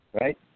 right